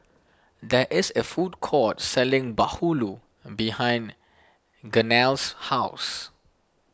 there is a food court selling Bahulu behind Gaynell's house